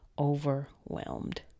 Overwhelmed